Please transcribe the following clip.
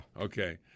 Okay